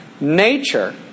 Nature